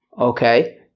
Okay